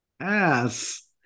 yes